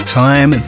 time